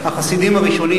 החסידים הראשונים,